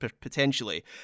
potentially